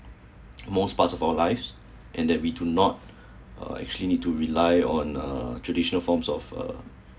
most parts of our lives and that we do not uh actually need to rely on uh traditional forms of uh